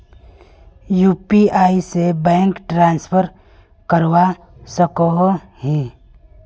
UPI से bank transfer करवा सकोहो ही?